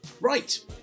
Right